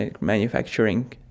manufacturing